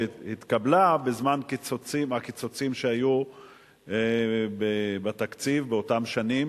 שהתקבלה בזמן הקיצוצים שהיו בתקציב באותן שנים,